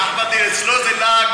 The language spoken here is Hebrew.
אחמד, אצלו זה להג